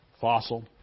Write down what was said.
Fossil